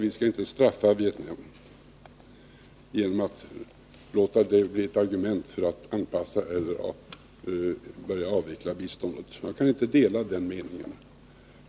Vi skall inte straffa Vietnam, sade han, genom att låta dess politik bli ett argument för att anpassa eller börja avveckla biståndet. Jag kan inte dela den meningen.